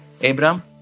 Abraham